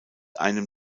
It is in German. einem